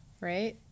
right